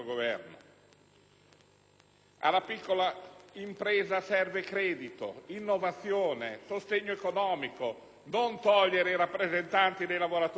Alla piccola impresa serve credito, innovazione, sostegno economico, non togliere i rappresentanti dei lavoratori per la sicurezza.